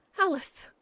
Alice